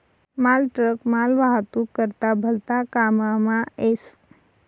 मालट्रक मालवाहतूक करता भलता काममा येस